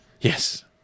Yes